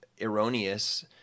erroneous